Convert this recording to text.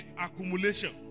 accumulation